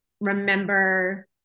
remember